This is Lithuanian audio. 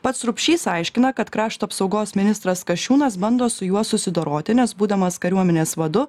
pats rupšys aiškina kad krašto apsaugos ministras kasčiūnas bando su juo susidoroti nes būdamas kariuomenės vadu